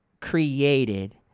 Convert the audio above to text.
created